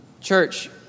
Church